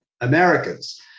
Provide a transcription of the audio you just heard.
Americans